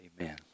amen